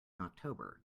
october